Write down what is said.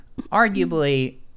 arguably